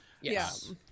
Yes